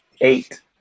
Eight